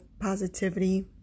positivity